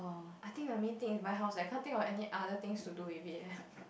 I think the main thing is buy house I can't think of any other things to do with it eh